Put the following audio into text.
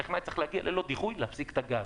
שטכנאי צריך להגיע ללא דיחוי ולהפסיק את הגז.